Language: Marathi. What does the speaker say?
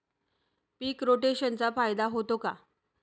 पीक रोटेशनचा फायदा होतो का?